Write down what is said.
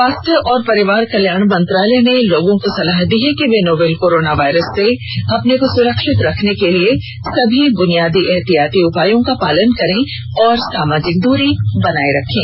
स्वास्थ्य और परिवार कल्याण मंत्रालय ने लोगों को सलाह दी है कि वे नोवल कोरोना वायरस से अपने को सुरक्षित रखने के लिए सभी बुनियादी एहतियाती उपायों का पालन करें और सामाजिक दूरी बनाए रखें